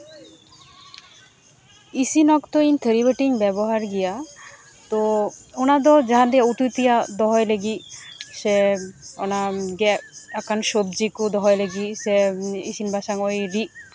ᱤᱥᱤᱱ ᱚᱠᱛᱚ ᱤᱧ ᱛᱷᱟᱹᱨᱤ ᱵᱟᱹᱴᱤᱧ ᱵᱮᱵᱚᱦᱟᱨ ᱜᱮᱭᱟ ᱛᱚ ᱚᱱᱟ ᱫᱚ ᱡᱟᱦᱟᱸ ᱞᱮ ᱩᱛᱩᱭ ᱛᱮᱭᱟᱜ ᱫᱚᱦᱚᱭ ᱞᱟᱹᱜᱤᱫ ᱥᱮ ᱚᱱᱟ ᱜᱮᱫ ᱟᱠᱟᱱ ᱥᱚᱵᱽᱡᱤ ᱠᱚ ᱫᱚᱦᱚᱭ ᱞᱟᱹᱜᱤᱫ ᱥᱮ ᱤᱥᱤᱱ ᱵᱟᱥᱟᱝ ᱫᱚᱦᱚᱭ ᱞᱟᱹᱜᱤᱫ